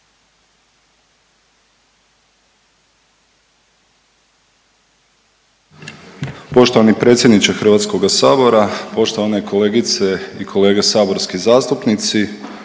poštovani potpredsjedniče Hrvatskog sabora, poštovane kolegice i kolege, državni tajniče.